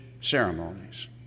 ceremonies